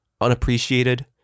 unappreciated